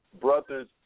brothers